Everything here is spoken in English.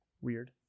weird